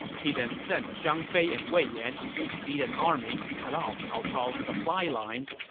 he then sent zhang fei and wei yan to each lead an army to cut off cao cao's supply lines,